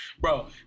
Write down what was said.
bro